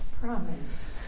Promise